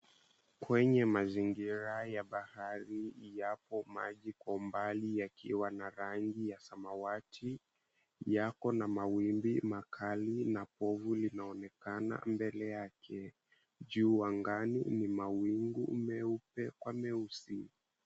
Kwenye mazingira haya ya bahari yapo maji kwa umbali yakiwa na rangi ya samawati, yako na mawimbi makali na povu linaonekana mbele yake. Juu angani ni mawingu meupe kwa meusi.